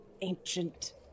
ancient